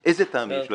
כי איזה טעם יש לדיון?